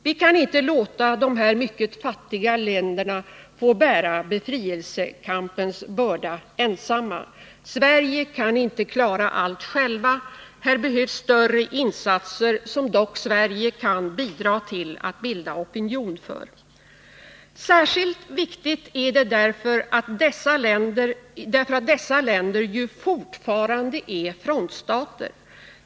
Vi kan inte låta dessa mycket fattiga länder få bära befrielsekampens börda ensamma. Sverige kan inte klara allt självt. Här behövs större insatser, som dock Sverige kan bidra till att bilda opinion för. Särskilt viktigt är det, därför att dessa länder ju fortfarande är frontstater.